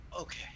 Okay